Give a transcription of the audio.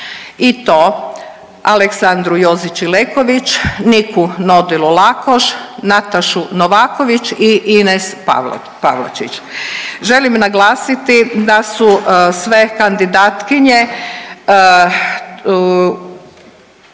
i to Aleksandru Jozić Ileković, Niku Nodilo Lakoš, Natašu Novaković i Ines Pavlačić. Želim naglasiti da su sve kandidatkinje